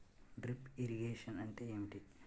Drip irrigation అంటే ఏమిటి?